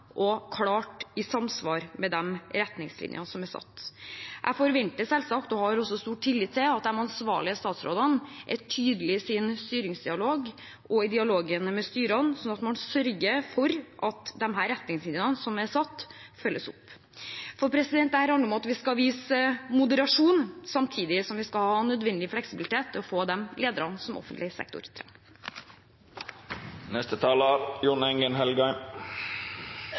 og klart i samsvar med de retningslinjene som er satt. Jeg forventer selvsagt, og har også stor tillit til at de ansvarlige statsrådene er tydelige i sin styringsdialog og i dialogene med styrene, at man sørger for at disse retningslinjene som er satt, følges opp. For jeg regner med at vi skal vise moderasjon samtidig som vi skal ha nødvendig fleksibilitet, slik at vi får de lederne som offentlig sektor trenger.